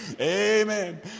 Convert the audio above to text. Amen